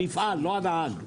המפעל, לא הנהג.